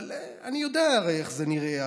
אבל אני יודע הרי איך זה נראה.